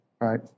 right